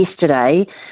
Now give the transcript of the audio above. yesterday